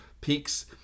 peaks